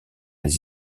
les